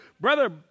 Brother